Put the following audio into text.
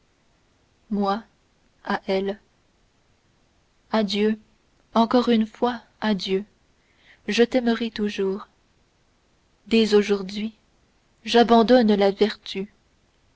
moi à elle adieu encore une fois adieu je t'aimerai toujours dès aujourd'hui j'abandonne la vertu